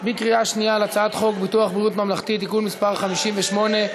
בקריאה שנייה על הצעת חוק ביטוח בריאות ממלכתי (תיקון מס' 58),